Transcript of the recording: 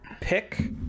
pick